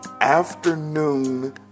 Afternoon